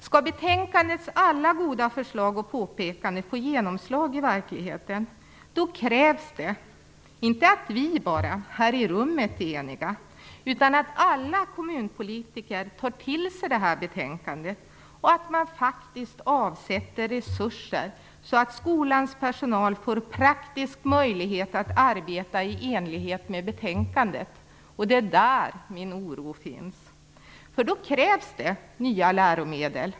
Skall betänkandets alla goda förslag och påpekanden få genomslag i verkligheten krävs inte att bara vi här i rummet är eniga utan att alla kommunalpolitiker tar till sig det här betänkandet och att man faktiskt avsätter resurser så att skolans personal får praktisk möjlighet att arbeta i enlighet med betänkandet. Det är där min oro finns. Det krävs nya läromedel.